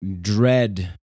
dread